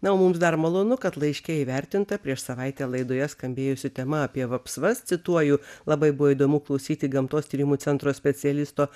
na o mums dar malonu kad laiške įvertinta prieš savaitę laidoje skambėjusi tema apie vapsvas cituoju labai buvo įdomu klausyti gamtos tyrimų centro specialisto